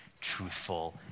truthful